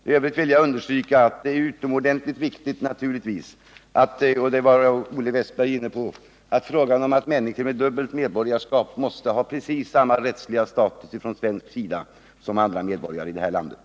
I övrigt vill jag understryka att det är utomordentligt viktigt — och det var Olle Wästberg i Stockholm inne på — att människor med dubbelt medborgarskap måste ha precis samma rättsliga status från svensk sida som andra medborgare i det här landet.